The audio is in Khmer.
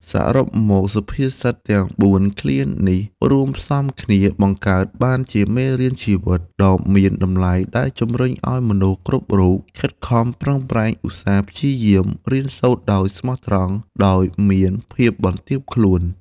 សរុបមក សុភាសិតទាំងបួនឃ្លានេះរួមផ្សំគ្នា បង្កើតបានជាមេរៀនជីវិតដ៏មានតម្លៃ ដែលជំរុញឱ្យមនុស្សគ្រប់រូបខិតខំប្រឹងប្រែង ឧស្សាហ៍ព្យាយាម រៀនសូត្រដោយស្មោះត្រង់ ដោយមានភាពបន្ទាបខ្លួន។